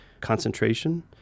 concentration